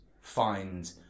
find